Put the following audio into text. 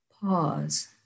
Pause